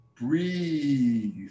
breathe